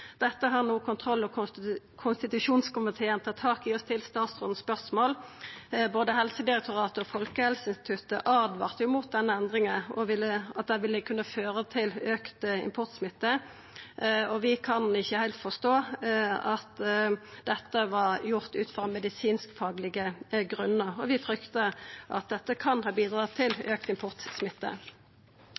Dette har no kontroll- og konstitusjonskomiteen tatt tak i og stilt statsråden spørsmål om. Både Helsedirektoratet og Folkehelseinstituttet åtvara jo mot denne endringa og at ho ville kunne føra til auka importsmitte. Vi kan ikkje heilt forstå at dette vart gjort ut frå medisinskfaglege grunnar, og vi fryktar at dette kan ha bidrege til auka importsmitte.